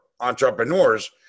entrepreneurs